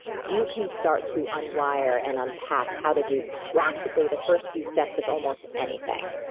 you can start to un-wire and unpack how to do practically the first few steps of almost anything.